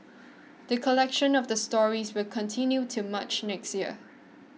the collection of the stories will continue till March next year